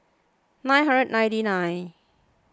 nine hundred ninety nine